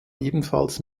ebenfalls